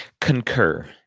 concur